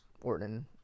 Orton